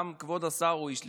גם כבוד השר הוא איש ליכוד,